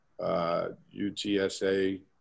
UTSA